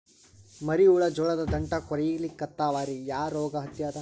ಮರಿ ಹುಳ ಜೋಳದ ದಂಟ ಕೊರಿಲಿಕತ್ತಾವ ರೀ ಯಾ ರೋಗ ಹತ್ಯಾದ?